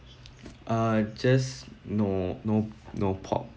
uh just no no no pork